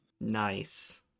Nice